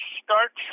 start